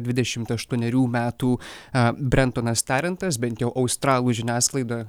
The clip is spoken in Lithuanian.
dvidešim aštuonerių metų a brensonas tarentas bent jau australų žiniasklaida